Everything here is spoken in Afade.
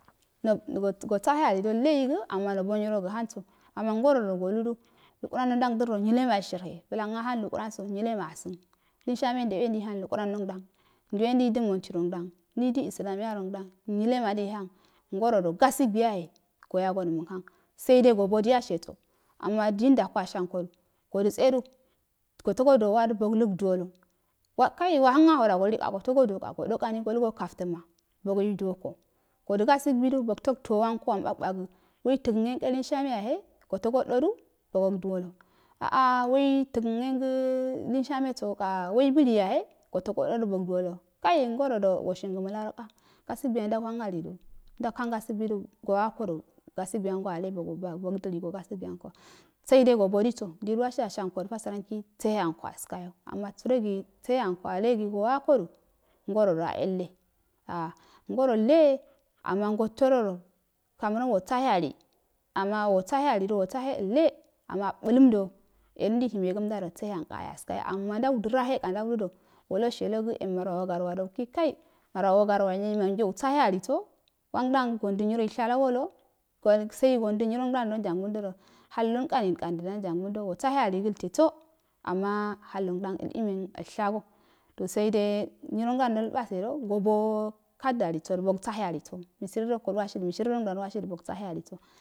Nog gode go tse go sohe yalluda leyego amma no nyirogo hauso amangorodo go udu lukuran no ndang dərdo nylamal sherha bulon ahang lukuranso nyilema asəni limshyanso nyilema asən limshame e ndeume ndai hang lukum nondang nduwe deidə morutrongdam nei də islany rondang nyinle ma ndee hang ngo rodo gasugni yahe muhang sede gobodiya sheso ama di ndakowa sheyankodu sodətsedu soto go duwodu bouludumla wa ki wahan ahoda go le ka go togo do kani golu go kaftore gahe bogaiiduwoko godu gasugui tog towu wani bakkbak we tagaye nkei linshame yahe goto gododu togouduwalo a a wei taga yengə lin shaso yahe ka wei bii yahe so to go dodu bog dumolo kai ngorodo washinga məlarogo gabui yahendau hang alidu nda hang gasuguidu so wakodu gasuguianso alle bogou dili so gasugui anko seidi sobodiso diliwasia she yankodogu siranka seeyanko abkanyo ama sɛroso seheando allegi so wanko du ngwodu a elle a ngo rolle amma goto dodu cameroon wosah e ali ana wasahali do walle amma alambo yelu ndei hemegumdado sehe anka ayaskayo ama ndau danah kan daulu do walu washegga yan marwa so gar wado ukigi kai mawaso garma enyo imaguyo arousahe also wangdang sondi nyinroushalogode kwa sai gon dui nyrrngodi njudund odo halloinkomi inkani ndoda njangudodo washe yali gəlteso ama hallo ngdan alimi aishso posade nyirongdon nalbasedo gobo cardalisodu bog sahe aliso mishari roko wasido mishiri rngdan wasido bogsarheliso,